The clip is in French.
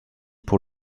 pour